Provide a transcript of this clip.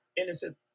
innocent